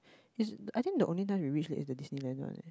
I think the only time we reach there is the Disneyland one leh